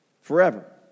Forever